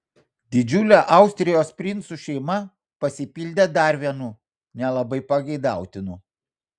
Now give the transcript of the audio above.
didžiulė austrijos princų šeima pasipildė dar vienu nelabai pageidautinu